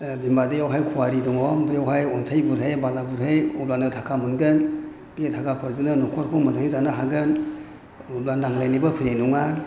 ओ बिमा दैआव हाय ख्वारि दङ बेवहाय अन्थाइ बुरहै बाला बुरहै अब्लानो थाखा मोनगोन बे थाखाफोरजोंनो न'खरखौ मोजांयै जानो हागोन अब्लानो नांलायनायबो फैनाय नङा